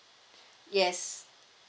yes